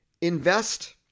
Invest